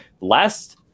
Last